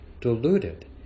diluted